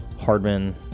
Hardman